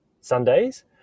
sundays